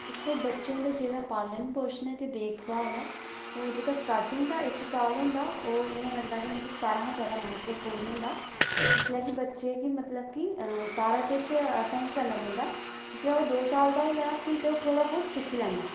दिक्खो बच्चें दा जेह्का पालन पोशन ऐ ते देख भाल ऐ ओह् जेह्का स्टार्टिंग दा इक साल होंदा ओह् इयां लगदा कि मतलव सारें कशा महत्वहूर्ण होंदा जिसलै कि बच्चे की मतलब कि सारा किश असें गै करना पौंदा जिसलै ओह् दो साल दा होइया ते फ्ही ते थोह्ड़ा बहुत सिक्खी लैंदा